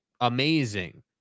amazing